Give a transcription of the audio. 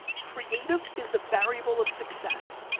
creative is the variable of success.